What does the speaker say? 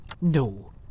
No